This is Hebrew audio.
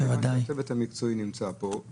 גם אם ועדת הפנים הייתה מתחילה לדון בהוראת השעה זאת,